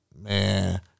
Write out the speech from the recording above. Man